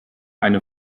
eine